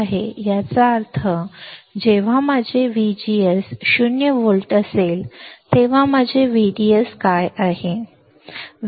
आता याचा अर्थ जेव्हा माझे VGS 0 व्होल्ट असेल तेव्हा माझे VDS काय आहे